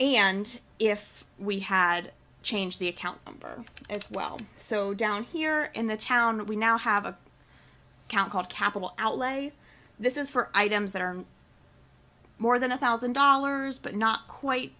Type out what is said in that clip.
and if we had changed the account number as well so down here in the town we now have a count called capital outlay this is for items that are more than a thousand dollars but not quite